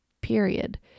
period